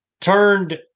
turned